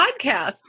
podcast